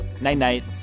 night-night